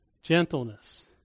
Gentleness